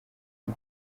ngo